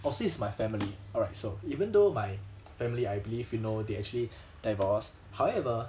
I'll say it's my family alright so even though my family I believe you know they actually divorce however